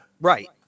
Right